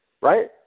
Right